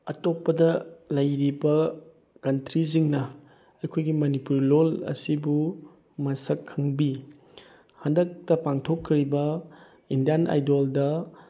ꯑꯇꯣꯞꯄꯗ ꯂꯩꯔꯤꯕ ꯀꯟꯇ꯭ꯔꯤꯁꯤꯡꯅ ꯑꯩꯈꯣꯏꯒꯤ ꯃꯅꯤꯄꯨꯔ ꯂꯣꯟ ꯑꯁꯤꯕꯨ ꯃꯁꯛ ꯈꯪꯕꯤ ꯍꯟꯗꯛꯇ ꯄꯥꯡꯊꯣꯛꯈ꯭ꯔꯤꯕ ꯏꯟꯗꯤꯌꯥꯟ ꯑꯥꯏꯗꯣꯜꯗ